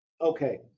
Okay